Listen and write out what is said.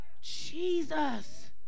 Jesus